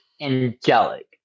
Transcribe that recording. angelic